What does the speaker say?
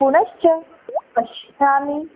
पुनश्च पश्यामि